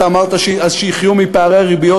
אתה אמרת אז שיחיו מפערי הריביות,